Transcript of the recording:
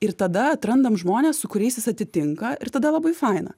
ir tada atrandam žmones su kuriais jis atitinka ir tada labai faina